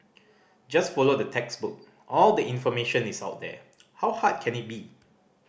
just follow the textbook all the information is out there how hard can it be